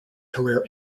career